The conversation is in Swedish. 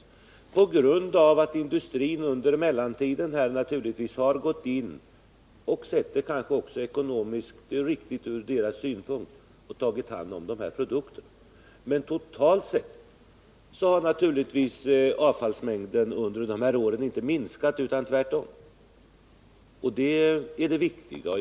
Detta beror på att industrin under mellantiden naturligtvis har gått in och tagit hand om de här produkterna, vilket kanske har ansetts ekonomiskt från industrins synpunkt. Men totalt sett har givetvis avfallsmängden inte minskat under de här åren utan tvärtom ökat. Det är detta som är det viktiga.